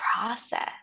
process